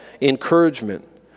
encouragement